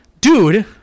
dude